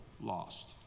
lost